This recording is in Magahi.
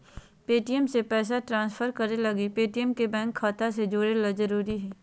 पे.टी.एम से पैसा ट्रांसफर करे लगी पेटीएम के बैंक खाता से जोड़े ल जरूरी हय